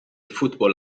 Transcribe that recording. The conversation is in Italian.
football